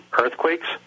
earthquakes